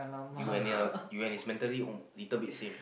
you and her you and his mentally a little bit same